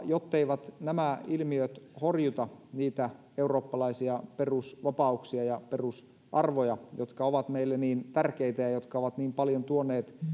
jotteivät nämä ilmiöt horjuta niitä eurooppalaisia perusvapauksia ja perusarvoja jotka ovat meille niin tärkeitä ja jotka ovat niin paljon tuoneet